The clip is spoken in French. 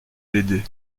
l’aider